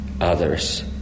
others